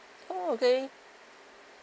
oh okay